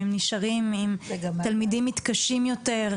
הם נשארים עם תלמידים מתקשים יותר.